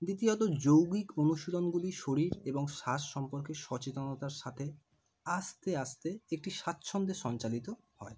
দ্বিতীয়ত যৌগিক অনুশীলনগুলি শরীর এবং শ্বাস সম্পর্কে সচেতনতার সাথে আস্তে আস্তে একটি স্বাচ্ছন্দ্যে সঞ্চালিত হয়